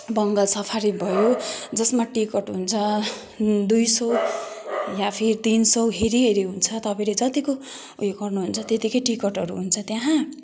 Bengal safari भयो जसमा ticket हुन्छ दुई सौ या फेरि तिन सौ हेरी हेरी हुन्छ तपाईँले जत्तिको उयो गर्नुहुन्छ त्यत्तिकै टिकटहरू हुन्छ त्यहाँ